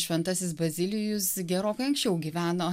šventasis bazilijus gerokai anksčiau gyveno